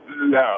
No